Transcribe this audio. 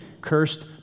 cursed